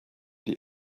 die